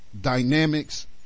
dynamics